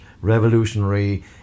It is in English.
revolutionary